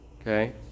Okay